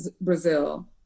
Brazil